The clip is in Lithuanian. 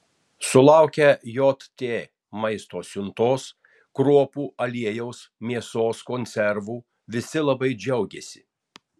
sulaukę jt maisto siuntos kruopų aliejaus mėsos konservų visi labai džiaugiasi